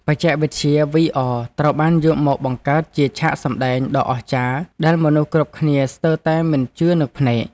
បច្ចេកវិទ្យាវីអរត្រូវបានយកមកបង្កើតជាឆាកសម្តែងដ៏អស្ចារ្យដែលមនុស្សគ្រប់គ្នាស្ទើរតែមិនជឿនឹងភ្នែក។